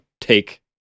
take